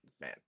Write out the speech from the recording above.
Man